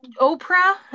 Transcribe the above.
oprah